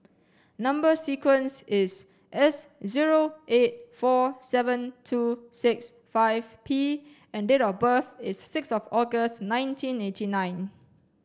number sequence is S zero eight four seven two six five P and date of birth is sixth of August nineteen eighty nine